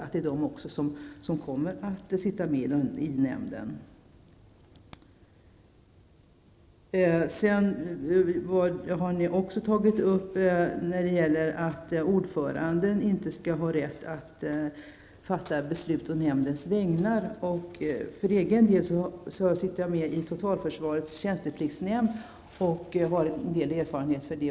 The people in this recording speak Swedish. Vänsterpartiet har i sin meningsyttring även tagit upp att ordföranden inte skall har rätt att fatta beslut å nämndens vägnar. Jag sitter själv med i totalförsvarets tjänstepliktsnämnd och har en del erfarenhet av detta.